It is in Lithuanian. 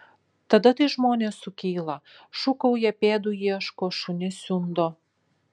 tada tai žmonės sukyla šūkauja pėdų ieško šunis siundo